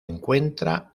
encuentra